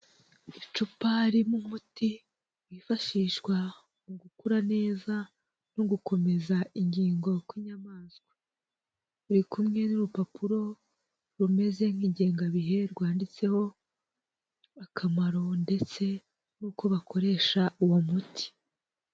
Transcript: Icupa ririmo umuti wifashishwa mu gukura neza, no gukomeza ingingo kw'inyamaswa, biri kumwe n'urupapuro rumeze nk'ingengabihe rwanditseho, akamaro ndetse n'uko bakoresha uwo muti.